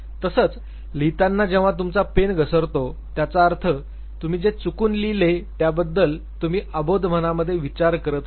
तसंच लिहितांना जेव्हा तुमचा पेन घसरतो त्याचा अर्थ तुम्ही जे चुकून लिहिले त्याबद्दल तुम्ही अबोध मनामध्ये विचार करत होते